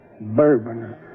bourbon